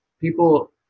People